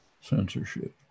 censorship